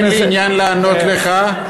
אין לי עניין לענות לך.